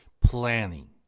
planning